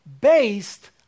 based